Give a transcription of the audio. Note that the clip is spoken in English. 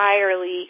entirely